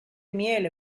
miele